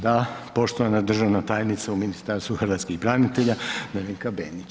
Da, poštovana državna tajnica u Ministarstvu hrvatskih branitelja Nevenka Benić.